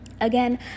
Again